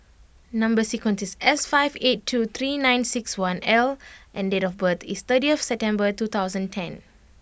number sequence is S five eight two three nine six one L and date of birth is thirtieth September two thousand ten